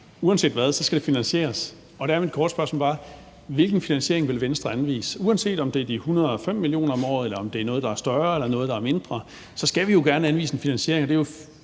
Uanset hvad, skal det finansieres, og der er mit korte spørgsmål bare: Hvilken finansiering vil Venstre anvise? Uanset om det er de 105 mio. kr. om året, eller om det er noget, der er større, eller noget, der er mindre, så skal vi jo gerne anvise en finansiering.